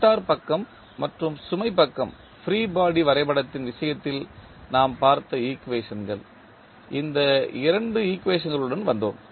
motor பக்கம் மற்றும் சுமை பக்க ஃப்ரீ பாடி வரைபடத்தின் விஷயத்தில் நாம் பார்த்த ஈக்குவேஷன்கள் இந்த 2 ஈக்குவேஷன்களுடன் வந்தோம்